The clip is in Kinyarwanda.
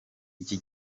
iki